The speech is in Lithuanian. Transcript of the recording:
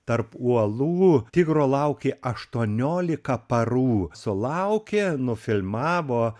tarp uolų tigro laukė aštuoniolika parų sulaukė nufilmavo